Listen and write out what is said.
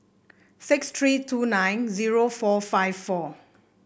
six three two nine zero four five four